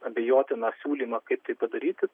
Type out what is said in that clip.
abejotina siūlymą kaip tai padaryti